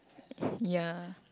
yeah